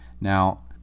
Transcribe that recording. Now